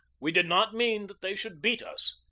we did not mean that they should beat us.